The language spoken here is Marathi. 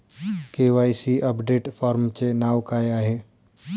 के.वाय.सी अपडेट फॉर्मचे नाव काय आहे?